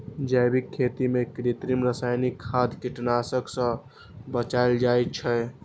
जैविक खेती मे कृत्रिम, रासायनिक खाद, कीटनाशक सं बचल जाइ छै